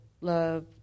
love